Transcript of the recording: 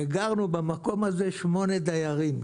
וגרנו במקום הזה שמונה דיירים,